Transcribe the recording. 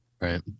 Right